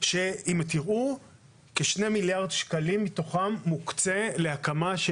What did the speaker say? של כשני מיליארד שקל שמוקצים להקמה של